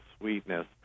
sweetness